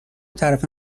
طرف